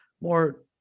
more